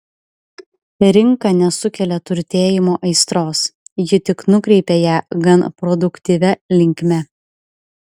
rinka nesukelia turtėjimo aistros ji tik nukreipia ją gan produktyvia linkme